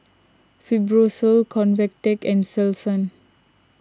Fibrosol Convatec and Selsun